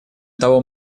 того